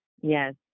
Yes